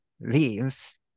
leaves